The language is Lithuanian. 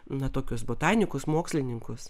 na tokius botanikus mokslininkus